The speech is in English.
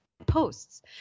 posts